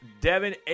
Devin